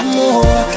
more